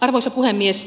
arvoisa puhemies